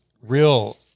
real